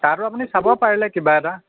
তাতো আপুনি চাব পাৰিলে কিবা এটা